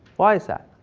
why is that?